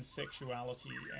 sexuality